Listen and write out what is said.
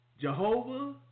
Jehovah